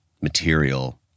material